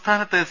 സംസ്ഥാനത്ത് സി